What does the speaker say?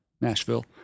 Nashville